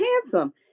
handsome